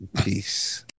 Peace